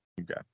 Okay